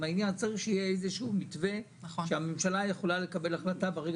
שיהיה מתווה שהממשלה יכולה לקבל החלטה ברגע